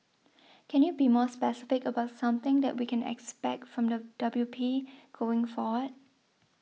can you be more specific about something that we can expect from the W P going forward